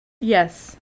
Yes